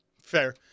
Fair